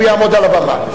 הוא יעמוד על הבמה.